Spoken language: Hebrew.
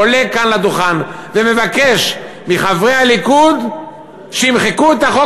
עולה כאן לדוכן ומבקש מחברי הליכוד שימחקו את החוק